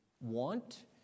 want